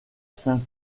saint